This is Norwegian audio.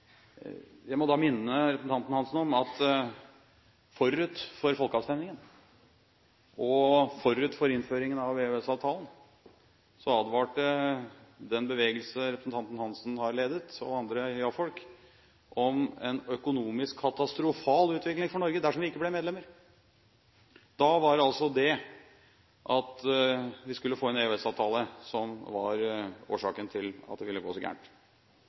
Jeg må da minne representanten Hansen om at forut for folkeavstemningen og forut for innføringen av EØS-avtalen advarte den bevegelse representanten Hansen har ledet, og andre ja-folk, om en økonomisk katastrofal utvikling for Norge dersom vi ikke ble medlemmer. Da var altså det at vi skulle få en EØS-avtale, årsaken til at det ville gå så